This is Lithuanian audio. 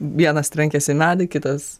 vienas trenkėsi į medį kitas